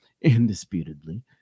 Indisputably